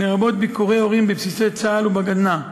לרבות ביקורי הורים בבסיסי צה"ל ובגדנ"ע,